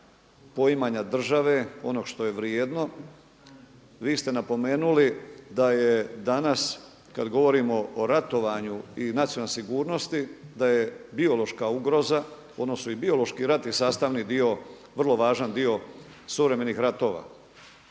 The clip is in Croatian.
poimanja države, onog što je vrijedno. Vi ste napomenuli da je danas kada govorimo o ratovanju i nacionalnoj sigurnosti da je biološka ugroza odnosno i biološki rat je sastavni dio, vrlo važan dio suvremenih ratova.